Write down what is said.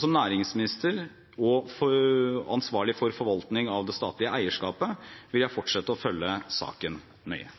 Som næringsminister og ansvarlig for forvaltning av det statlige eierskapet vil jeg fortsette å følge saken nøye.